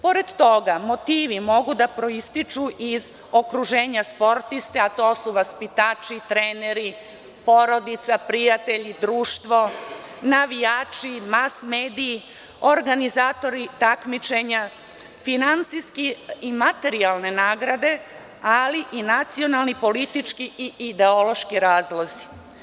Pored toga, motivi mogu da proističu iz okruženja sportista, a to su vaspitači, treneri, porodica, prijatelji, društvo, navijači, mas-mediji, organizatori, takmičenja, finansijske i materijalne nagrade, ali i nacionalni politički i ideološki razlozi.